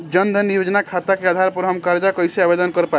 जन धन योजना खाता के आधार पर हम कर्जा कईसे आवेदन कर पाएम?